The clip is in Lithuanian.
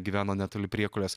gyveno netoli priekulės